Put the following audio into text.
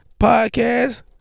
podcast